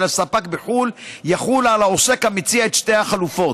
הספק בחו"ל יחול על העוסק המציע את שתי החלופות.